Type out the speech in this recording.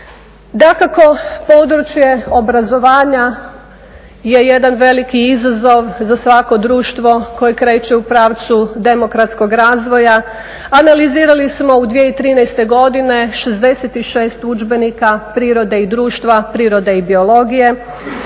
Dakako područje obrazovanja je jedan veliki izazov za svako društvo koje kreće u pravcu demokratskog razvoja. Analizirali smo u 2013. godini 66 udžbenika prirode i društva, prirode i biologije,